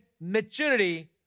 maturity